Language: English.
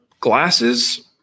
glasses